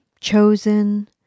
chosen